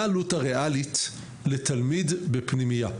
מה העלות הריאלית לתלמיד בפנימייה.